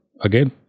again